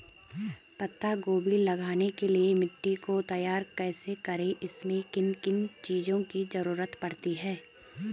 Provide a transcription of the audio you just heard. पत्ता गोभी लगाने के लिए मिट्टी को तैयार कैसे करें इसमें किन किन चीज़ों की जरूरत पड़ती है?